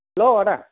हेल' आदा